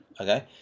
Okay